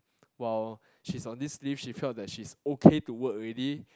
while she is on this leave she felt that she is okay to work already